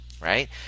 right